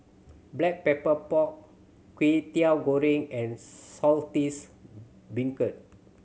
Black Pepper Pork Kwetiau Goreng and Saltish Beancurd